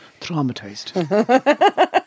traumatized